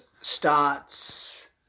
starts